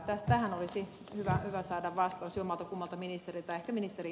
tähän olisi hyvä saada vastaus jommaltakummalta ministeriltä ehkä ministeri